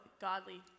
godly